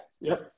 yes